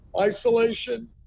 isolation